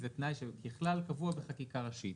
זה תנאי שככלל קבוע בחקיקה ראשית.